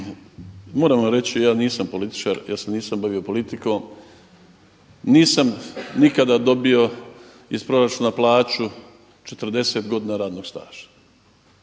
vam reći ja nisam političar, ja se nisam bavio politikom, nisam nikada dobio iz proračuna plaću 40 godina radnog staža.